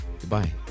goodbye